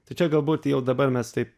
tai čia galbūt jau dabar mes taip